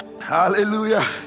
hallelujah